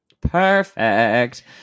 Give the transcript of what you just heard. perfect